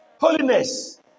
Holiness